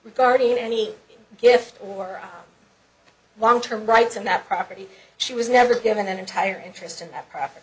regarding any gift or a long term rights on that property she was never given an entire interest in that profit